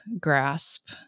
grasp